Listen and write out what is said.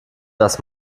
das